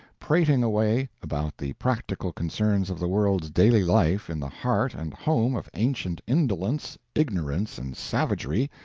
prating away about the practical concerns of the world's daily life in the heart and home of ancient indolence, ignorance, and savagery,